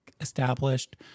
established